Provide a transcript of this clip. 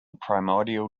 primordial